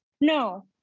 No